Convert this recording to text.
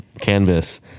canvas